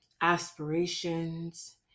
aspirations